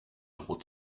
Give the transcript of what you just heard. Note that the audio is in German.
droht